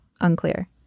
Unclear